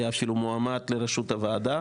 היה אפילו מועמד לרשות הוועדה,